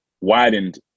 widened